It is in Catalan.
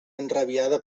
enrabiada